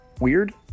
weird